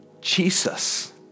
Jesus